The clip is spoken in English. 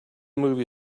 movie